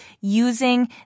using